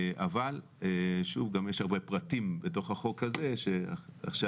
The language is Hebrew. אבל גם יש הרבה פרטים בתוך החוק הזה שעכשיו